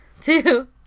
two